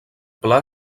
pla